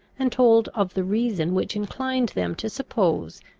and told of the reason which inclined them to suppose,